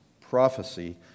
prophecy